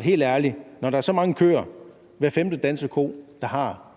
helt ærlig: Når der er så mange køer – hver femte danske ko – der har